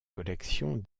collections